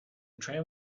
tram